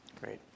Great